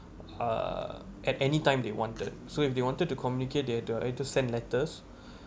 uh at anytime they wanted so if they wanted to communicate they have to either send letters